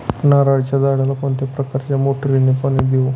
नारळाच्या झाडाला कोणत्या प्रकारच्या मोटारीने पाणी देऊ?